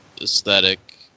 aesthetic